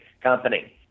company